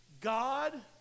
God